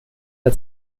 der